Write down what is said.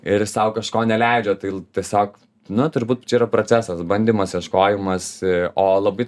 ir sau kažko neleidžiat tai tiesiog na turbūt čia yra procesas bandymas ieškojimas o labai